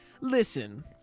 Listen